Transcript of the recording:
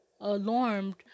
alarmed